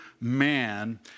man